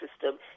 system